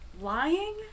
lying